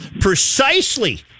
precisely